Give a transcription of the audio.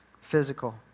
physical